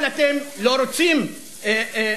אבל אתם לא רוצים לבנות.